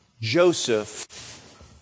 Joseph